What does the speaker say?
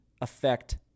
affect